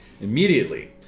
Immediately